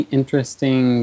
interesting